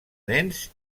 nens